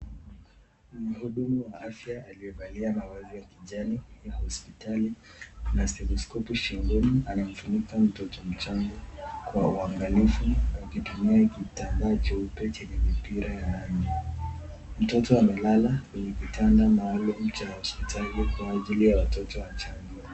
Mhudumu wa afya aliyevalia mavazi ya kijani, kwenye hospitali ana stethekopu shingoni, anafunika mtoto mchnga kwa uangalifu, anatumia kitambaa cheupe chenye mipira yao, mtoto amelala kwenye kitada maalum cha hospitali kwa ajili ya watoto wachanga.